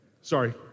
sorry